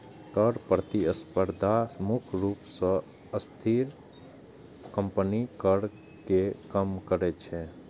कर प्रतिस्पर्धा मुख्य रूप सं अस्थिर कंपनीक कर कें कम करै छै